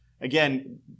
again